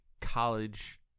college